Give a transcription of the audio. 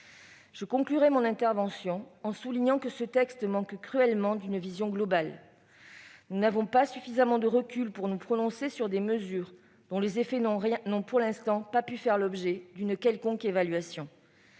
Je conclurai mon intervention en soulignant que ce texte manque cruellement d'une vision globale. Nous n'avons pas suffisamment de recul pour nous prononcer sur des mesures dont les effets n'ont pour l'instant pas pu faire l'objet d'une quelconque évaluation.